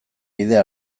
bidea